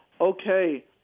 okay